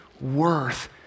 worth